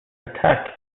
attack